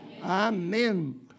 amen